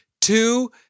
two